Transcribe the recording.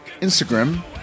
Instagram